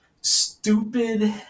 stupid